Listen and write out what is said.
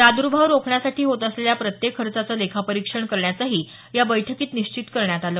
प्रादुर्भाव रोखण्यासाठी होत असलेल्या प्रत्येक खर्चाचं लेखापरिक्षण करण्याचही बैठकीत निश्चित करण्यात आलं